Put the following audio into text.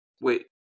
wait